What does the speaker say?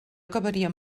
acabaria